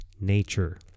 nature